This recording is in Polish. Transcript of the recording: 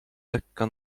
lekka